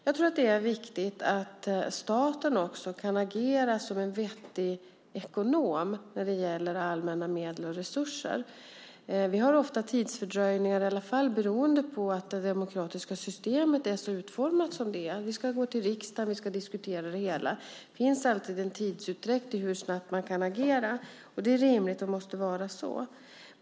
Jag tror att det är viktigt att staten kan agera som en vettig ekonom när det gäller allmänna medel och resurser. Vi har ofta tidsfördröjningar i alla fall beroende på att det demokratiska systemet är utformat som det är. Vi ska gå till riksdagen och diskutera. Det finns alltid en tidsutdräkt innan man kan agera. Det är rimligt och måste vara så.